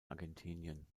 argentinien